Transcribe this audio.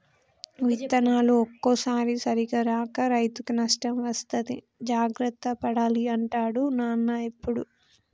విత్తనాలు ఒక్కోసారి సరిగా రాక రైతుకు నష్టం వస్తది జాగ్రత్త పడాలి అంటాడు నాన్న ఎప్పుడు